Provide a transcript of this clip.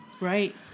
right